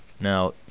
Now